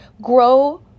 grow